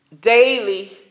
daily